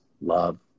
love